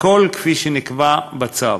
הכול כפי שנקבע בצו.